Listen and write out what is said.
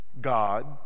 God